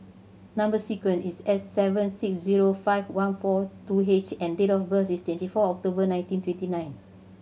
number sequence is S seven six zero five one four two H and date of birth is twenty four October nineteen twenty nine